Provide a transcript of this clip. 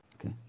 Okay